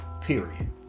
period